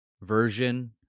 version